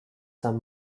some